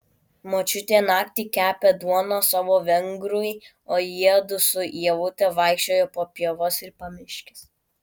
močiutė naktį kepė duoną savo vengrui o jiedu su ievute vaikščiojo po pievas ir pamiškes